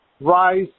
rise